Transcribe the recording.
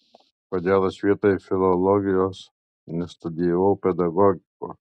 kodėl aš vietoj filologijos nestudijavau pedagogikos